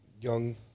young